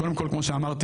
קודם כל כמו שאמרתי,